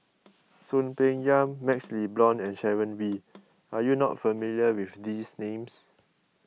Soon Peng Yam MaxLe Blond and Sharon Wee are you not familiar with these names